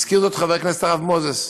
והזכיר זאת חבר כנסת הרב מוזס: